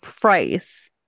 price